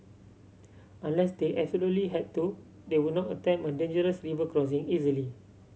unless they absolutely had to they would not attempt a dangerous river crossing easily